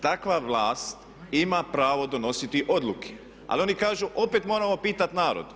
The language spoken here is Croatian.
Takva vlast ima pravo donositi odluke, ali oni kažu opet moramo pitat narod.